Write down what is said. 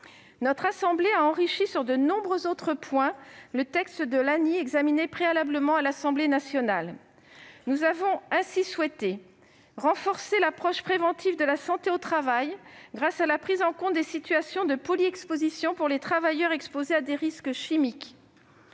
Notre assemblée a enrichi sur de nombreux autres points encore le texte de l'ANI examiné préalablement à l'Assemblée nationale. Nous avons ainsi souhaité renforcer l'approche préventive de la santé au travail, grâce à la prise en compte des situations de polyexpositions pour les travailleurs exposés à des risques chimiques,